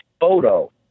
photo